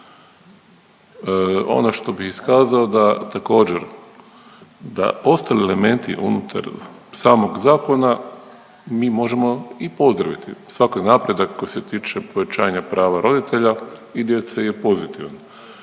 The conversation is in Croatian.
Ono što bih iskazao da također da ostali elementi unutar samog zakona mi možemo i pozdraviti. Svaki napredak koji se tiče povećanja prava roditelja i djece je pozitivan,